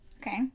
Okay